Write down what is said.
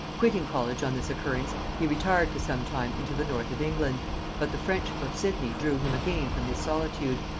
quitting college on this occurrence, he retired for some time into the north of england but the friendship of sidney drew him again from his solitude,